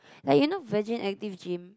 like you know Virgin Active Gym